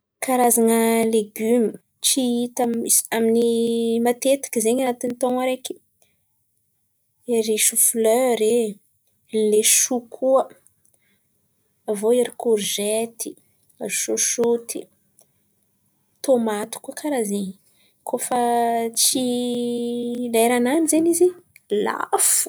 Karazan̈a legioma tsy hita matetiky zen̈y an̈atin̈y taon̈o araiky? Ery shoflera e, lesho koa, avô ery korgety, ry shoioshoioty, tômaty koa karà zen̈y. Kôa fa tsy leran̈any zen̈y izy lafo.